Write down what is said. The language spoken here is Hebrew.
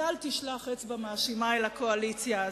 ואל תשלח אצבע מאשימה אל הקואליציה הזאת.